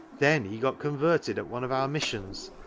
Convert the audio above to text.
then he got converted at one of our mis sions,